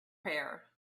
prayer